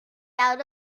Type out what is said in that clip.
out